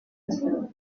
miryango